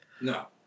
No